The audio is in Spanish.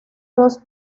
los